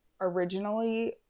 originally